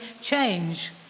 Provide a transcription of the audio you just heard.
change